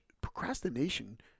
procrastination